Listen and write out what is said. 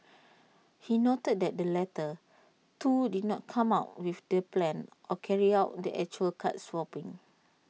he noted that the latter two did not come up with the plan or carry out the actual card swapping